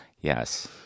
Yes